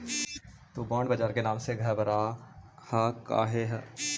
तु बॉन्ड बाजार के नाम से घबरा काहे ह?